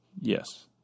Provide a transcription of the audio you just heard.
Yes